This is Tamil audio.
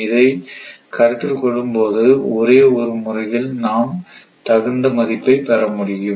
இதை கருத்தில் கொள்ளும் போது ஒரே ஒரு முறையில் நாம் தகுந்த மதிப்பை பெற முடியும்